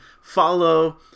follow